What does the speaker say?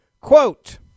Quote